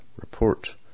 report